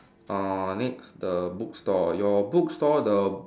uh next the bookstore your bookstore the